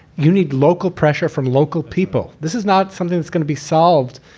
you need local pressure from local people. this is not something it's going to be solved.